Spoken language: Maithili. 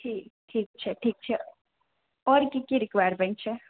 ठीक ठीक छै ठीक छै आओर की की रिक्वायरमेनट छै